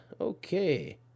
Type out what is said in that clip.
okay